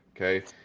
Okay